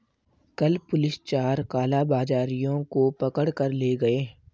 कल पुलिस चार कालाबाजारियों को पकड़ कर ले गए